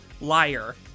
Liar